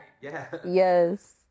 yes